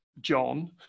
John